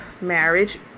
marriage